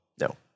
No